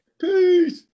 Peace